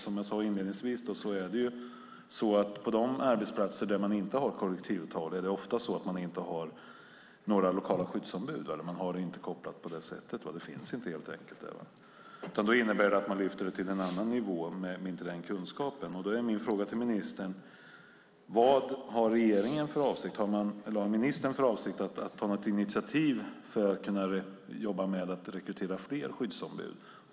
Som jag sade inledningsvis: På de arbetsplatser där man inte har kollektivavtal har man oftast inte några lokala skyddsombud. Man har det inte kopplat på det sättet. Det finns helt enkelt inte. Då lyfter man upp frågan till en annan nivå där det inte finns samma kunskap. Då är min fråga till ministern: Har ministern för avsikt att ta något initiativ för att kunna jobba med att rekrytera fler skyddsombud?